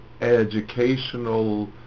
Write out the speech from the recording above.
educational